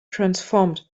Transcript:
transformed